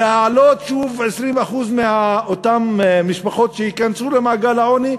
כדי להעלות שוב 20% מאותן משפחות שייכנסו למעגל העוני,